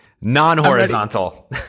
non-horizontal